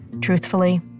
Truthfully